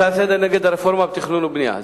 הצעה לסדר-היום נגד הרפורמה בתכנון והבנייה.